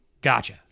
gotcha